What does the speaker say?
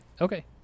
Okay